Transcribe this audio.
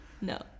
no